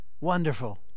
wonderful